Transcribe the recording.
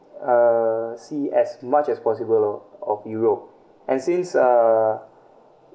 uh see as much as possible of europe and since uh